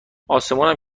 اسمونم